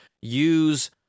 use